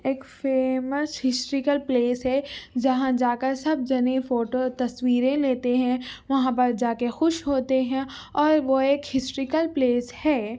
ایک famous historical place ہے جہاں جا کر سب جنے فوٹو تصویریں لیتے ہیں وہاں پر جا کے خوش ہوتے ہیں اور وہ ایک ہسٹوریکل پلیس ہے